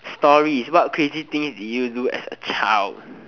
stories what crazy thing did you do as a child